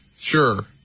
Sure